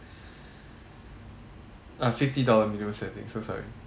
ah fifty dollar minimum spending so sorry